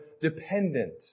dependent